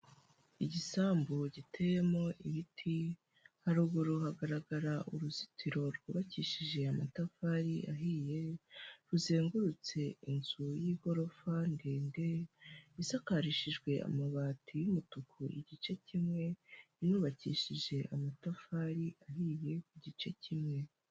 Igisambu giteyemo ibiti, haruguru hagaragara uruzitiro rwubakishije amatafari ahiye, ruzengurutse inzu y'igorofa ndende, isakarishijwe amabati y'umutuku igice kimwe, yubakishije amatafari ahiye ku gice kimwe.